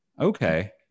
Okay